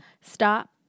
stop